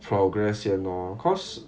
progress 先 lor cause